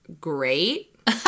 great